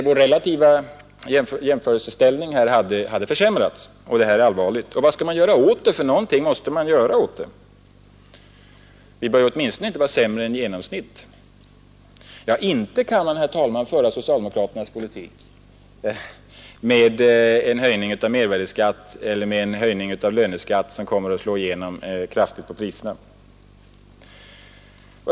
Vår relativa ställning hade alltså försämrats, och det är allvarligt. Vad skall man nu göra åt detta? Något måste man ju göra — vi bör åtminstone inte vara sämre än genomsnittet. Ja, man kan inte föra socialdemokraternas politik, med en höjning av mervärdeskatten eller av löneskatten, som kommer att kraftigt slå igenom på priserna.